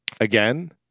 again